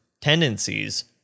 tendencies